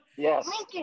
Yes